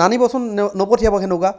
নানিবচোন নপঠিয়াব তেনেকুৱা